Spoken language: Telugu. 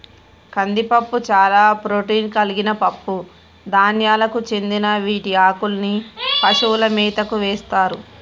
కందిపప్పు చాలా ప్రోటాన్ కలిగిన పప్పు ధాన్యాలకు చెందిన వీటి ఆకుల్ని పశువుల మేతకు వేస్తారు